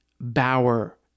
Bauer